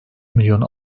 milyon